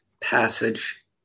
passage